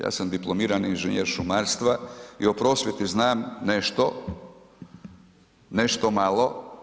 Ja sam diplomirani inženjer šumarstva i o prosvjeti znam nešto, nešto malo.